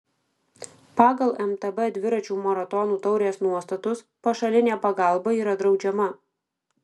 pagal mtb dviračių maratonų taurės nuostatus pašalinė pagalba yra draudžiama